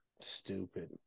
Stupid